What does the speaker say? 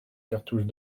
cartouche